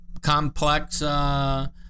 complex